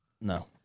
No